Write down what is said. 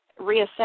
reassess